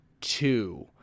two